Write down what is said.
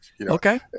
Okay